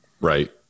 Right